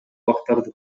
бактарды